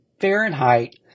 Fahrenheit